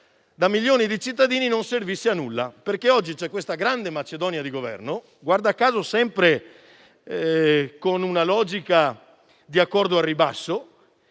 da milioni di cittadini non servisse a nulla. Oggi infatti c'è questa grande "macedonia" di Governo - guarda caso sempre con una logica di accordo al ribasso